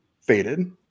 faded